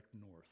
north